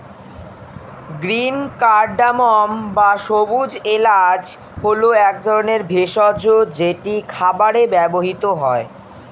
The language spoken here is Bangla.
গ্রীন কারডামম্ বা সবুজ এলাচ হল এক ধরনের ভেষজ যেটি খাবারে ব্যবহৃত হয়